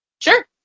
Sure